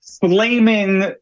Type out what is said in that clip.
flaming